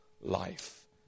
life